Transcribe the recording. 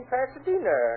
Pasadena